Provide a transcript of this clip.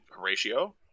Horatio